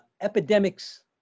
epidemics